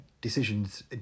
decisions